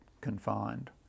confined